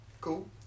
Cool